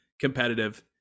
competitive